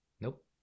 Nope